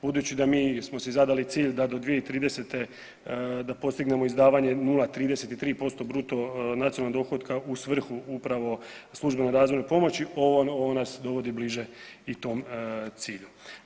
Budući da mi smo si zadali cilj da do 2030. da postignemo izdavanje 0,33% bruto nacionalnog dohotka u svrhu upravo službene razvojne pomoći ovo nas dovodi bliže i tom cilju.